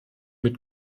mit